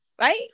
right